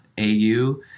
AU